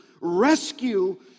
rescue